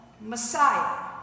Messiah